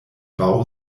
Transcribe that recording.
bau